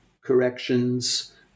corrections